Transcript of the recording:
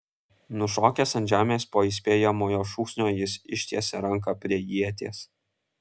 nušokęs ant žemės po įspėjamojo šūksnio jis ištiesė ranką prie ieties